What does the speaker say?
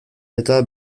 eta